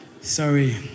sorry